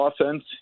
offense